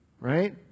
right